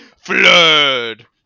flood